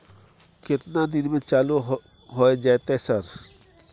केतना दिन में चालू होय जेतै सर?